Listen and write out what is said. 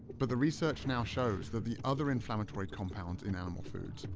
but the research now shows that the other inflammatory compounds in animal foods,